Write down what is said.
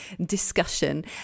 discussion